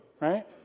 right